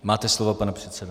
Máte slovo, pane předsedo.